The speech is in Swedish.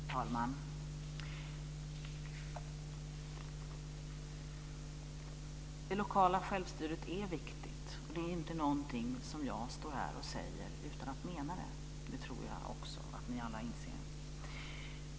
Fru talman! Det lokala självstyret är viktigt, och det är inte något som jag står här och säger utan att mena det. Det tror jag också att ni alla inser.